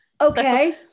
Okay